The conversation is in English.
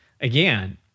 again